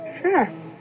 Sure